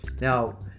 Now